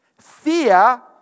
Fear